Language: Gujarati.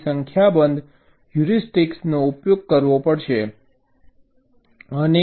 તેથી સંખ્યાબંધ હ્યુરિસ્ટિક્સ નો ઉપયોગ કરવો પડશે